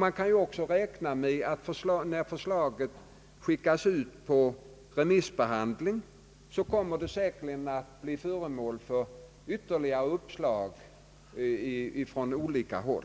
Man kan också räkna med att förslaget efter det att det har skickats ut på remiss kommer att föranleda ytterligare uppslag från olika håll.